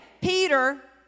Peter